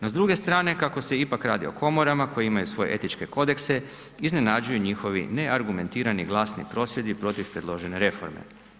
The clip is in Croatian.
No s druge strane kako se ipak radi o komorama koje imaju svoje etičke kodekse, iznenađuju njihovi neargumentirani glasni prosvjedi protiv predložene reforme.